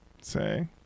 say